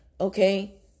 okay